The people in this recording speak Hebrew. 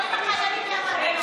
אנחנו על מלא מלא מלא.